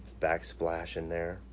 backsplash in there.